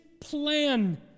plan